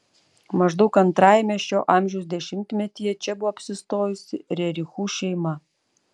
maždaug antrajame šio amžiaus dešimtmetyje čia buvo apsistojusi rerichų šeima